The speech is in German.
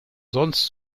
sonst